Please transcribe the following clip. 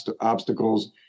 obstacles